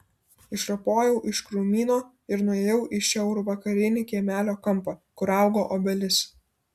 išropojau iš krūmyno ir nuėjau į šiaurvakarinį kiemelio kampą kur augo obelis